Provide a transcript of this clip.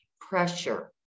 pressure